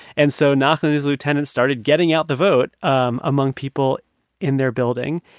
and so naakh and his lieutenants started getting out the vote um among people in their building.